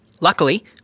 Luckily